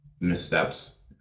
missteps